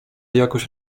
jakoś